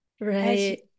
Right